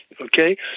okay